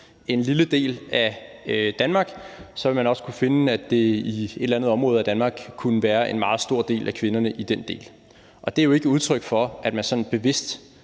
en lille del af Danmark, ville man også kunne finde, at det i det område af Danmark kunne være en meget stor del af kvinderne, og det er jo ikke et udtryk for, at man sådan bevidst